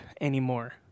anymore